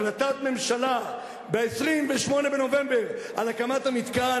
החלטת הממשלה ב-28 בנובמבר על הקמת המתקן,